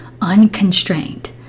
unconstrained